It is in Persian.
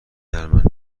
نرمن